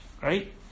right